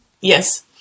Yes